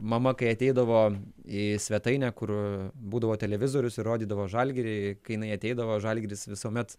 mama kai ateidavo į svetainę kur būdavo televizorius ir rodydavo žalgirį kai jinai ateidavo žalgiris visuomet